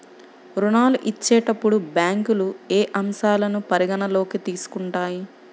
ఋణాలు ఇచ్చేటప్పుడు బ్యాంకులు ఏ అంశాలను పరిగణలోకి తీసుకుంటాయి?